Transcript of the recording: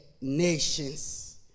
nations